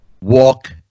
walk